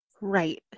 Right